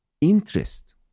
interest